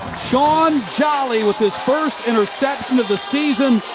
shaun jolly with his first interception of the season.